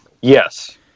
Yes